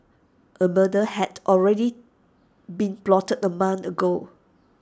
A murder had already been plotted A month ago